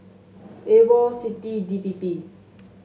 AWOL CITI and D P P